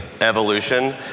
evolution